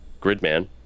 Gridman